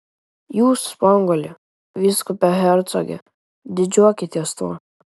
jūs spanguolė vyskupe hercoge didžiuokitės tuo